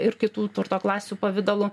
ir kitų turto klasių pavidalu